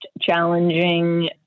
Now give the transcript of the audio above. challenging